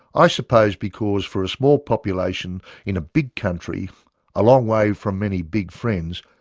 i suppose because for a small population in a big country a long way from many big friends,